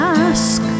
ask